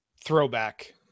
throwback